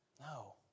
No